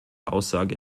aussage